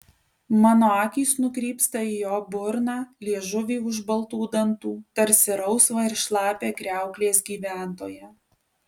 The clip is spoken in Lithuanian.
mano akys nukrypsta į jo burną liežuvį už baltų dantų tarsi rausvą ir šlapią kriauklės gyventoją